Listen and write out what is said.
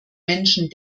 menschen